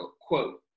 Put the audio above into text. quote